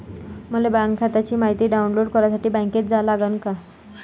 मले बँक खात्याची मायती डाऊनलोड करासाठी बँकेत जा लागन का?